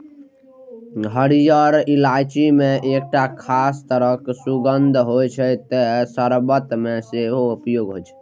हरियर इलायची मे एकटा खास तरह सुगंध होइ छै, तें शर्बत मे सेहो उपयोग होइ छै